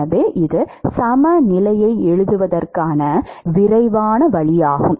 எனவே இது சமநிலையை எழுதுவதற்கான விரைவான வழியாகும்